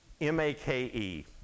M-A-K-E